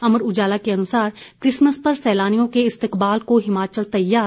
अमर उजाला के अनुसार क्रिसमस पर सैलानियों के इस्तकबाल को हिमाचल तैयार